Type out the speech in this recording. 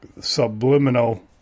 subliminal